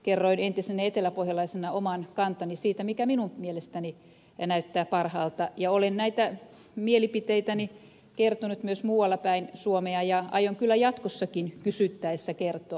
kerroin entisenä eteläpohjalaisena oman kantani siitä mikä minun mielestäni näyttää parhaalta ja olen näitä mielipiteitäni kertonut myös muualla päin suomea ja aion kyllä jatkossakin kysyttäessä kertoa